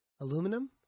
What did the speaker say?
Aluminum